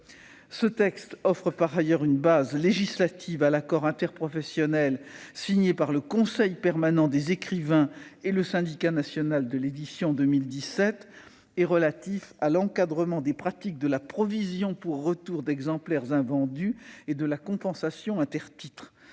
Ce texte offre, par ailleurs, une base législative à l'accord interprofessionnel signé par le Conseil permanent des écrivains et le Syndicat national de l'édition en 2017, relatif à l'encadrement des pratiques de la provision pour retour d'exemplaires invendus et de la compensation intertitres.